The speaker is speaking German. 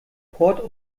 port